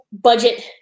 budget